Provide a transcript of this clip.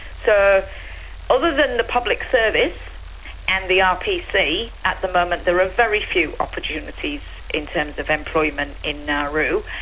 so other than the public service and the rpc, at the moment there are very few opportunities in terms of employment in nauru.